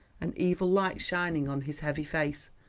an evil light shining on his heavy face,